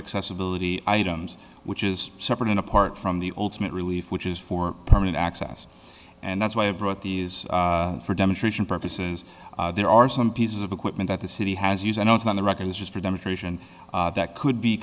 accessibility items which is separate and apart from the ultimate relief which is for permanent access and that's why i brought these for demonstration purposes there are some pieces of equipment that the city has used and it's on the record is just for demonstration that could be